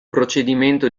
procedimento